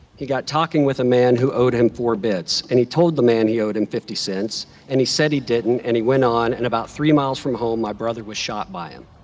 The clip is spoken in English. he got talking with a man who owed him four bits and he told the man he owed him fifty cents and he said he didn't and he went on and about three miles from home my brother was shot by him.